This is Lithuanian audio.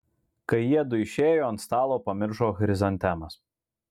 kai jiedu išėjo ant stalo pamiršo chrizantemas